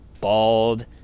bald